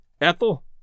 Ethel